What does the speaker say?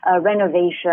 renovation